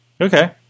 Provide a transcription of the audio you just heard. Okay